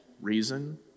reason